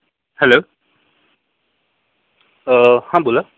hello अं हा बोला